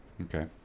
Okay